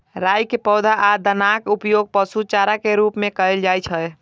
राइ के पौधा आ दानाक उपयोग पशु चारा के रूप मे कैल जाइ छै